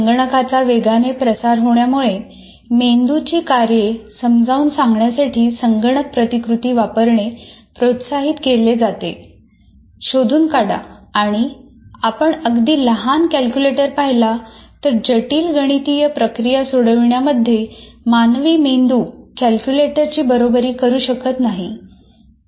संगणकाचा वेगाने प्रसार होण्यामुळे मेंदूची कार्ये समजावून सांगण्यासाठी संगणक प्रतिकृती वापरणे प्रोत्साहित केले जाते शोधून काढा आणि आपण अगदी लहान कॅल्क्युलेटर पाहिला तर जटिल गणितीय प्रक्रिया सोडविण्यामध्ये मानवी मेंदू कॅल्क्युलेटरची बरोबरी करू शकत नाही